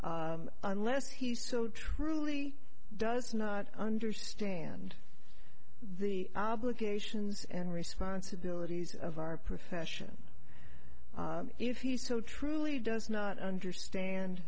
unless he so truly does not understand the obligations and responsibilities of our profession if he so truly does not understand